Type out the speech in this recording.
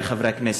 חברי חברי הכנסת,